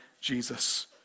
Jesus